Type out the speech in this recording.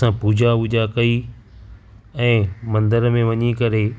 असां पूॼा वूजा कई ऐं मंदर में वञी करे